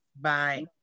Bye